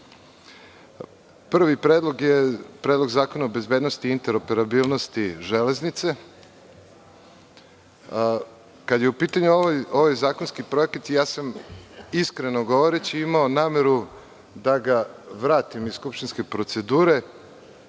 predlog je Predlog zakona o bezbednosti i interoperabilnosti železnice. Kada je u pitanju ovaj zakonski projekat ja sam, iskreno govoreći, imao nameru da ga vratim iz skupštinske procedure